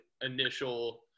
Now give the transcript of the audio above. initial